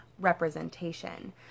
representation